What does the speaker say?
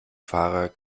fahrer